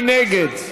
מי נגד?